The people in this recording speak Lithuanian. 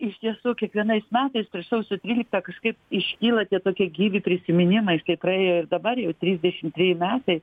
iš tiesų kiekvienais metais ir sausio tryliktą kažkaip iškyla tie tokie gyvi prisiminimais kai praėjo ir dabar jau trisdešimt treji metai